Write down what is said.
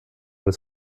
des